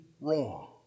wrong